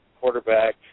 quarterback